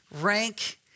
rank